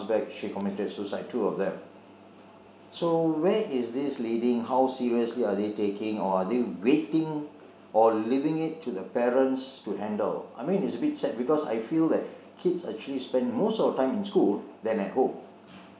back she committed suicide two of them so where is this leading how seriously are they taking or are they waiting or leaving it to the parents to handle I mean it's a bit sad because I feel that kids actually spend most of the time in school than at home